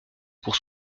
pour